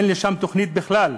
אין בשבילו תוכנית בכלל.